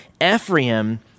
Ephraim